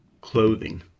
clothing